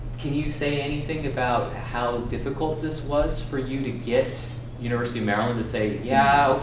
can you say anything about how difficult this was for you to get university of maryland to say, yeah,